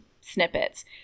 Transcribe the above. snippets